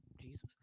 Jesus